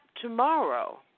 tomorrow